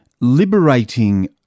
liberating